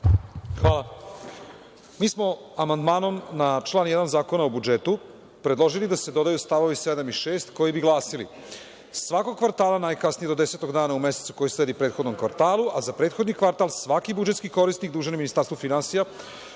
Hvala. Mi smo amandmanom na član 1. Zakona o budžetu predložili da se dodaju stavovi 7. i 6. koji bi glasili - svakog kvartala, najkasnije do desetog dana u mesecu koji sledi prethodnom kvartalu, a za prethodni kvartal svaki budžetski korisnik dužan je Ministarstvu finansija